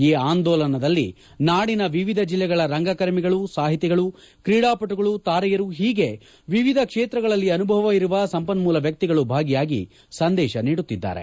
ಈ ಆಂದೋಲನದಲ್ಲಿ ನಾಡಿನ ವಿವಿಧ ಜಿಲ್ಲೆಗಳ ರಂಗಕರ್ಮಿಗಳು ಸಾಹಿತಿಗಳು ಕ್ರೀಡಾಪಟುಗಳು ತಾರೆಯರು ಹೀಗೆ ವಿವಿಧ ಕ್ಷೇತ್ರಗಳಲ್ಲಿ ಅನುಭವ ಇರುವ ಸಂಪನ್ಮೂಲ ವ್ಯಕ್ತಿಗಳು ಭಾಗಿಯಾಗಿ ಸಂದೇಶ ನೀಡುತ್ತಿದ್ದಾರೆ